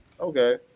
Okay